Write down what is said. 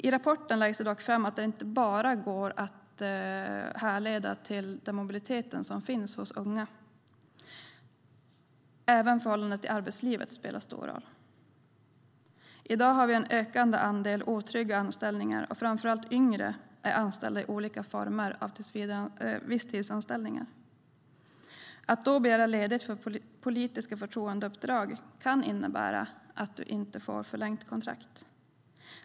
I rapporten framgår det dock att avhoppen inte enbart kan härledas till mobiliteten hos unga. Även förhållanden i arbetslivet spelar stor roll. I dag finns en ökande andel otrygga anställningar, och framför allt yngre är anställda i olika former av visstidsanställningar. Att då begära ledigt för politiska förtroendeuppdrag kan innebära att du inte får förlängt kontrakt.